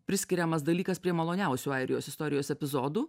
priskiriamas dalykas prie maloniausių airijos istorijos epizodų